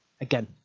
again